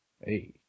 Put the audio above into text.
Hey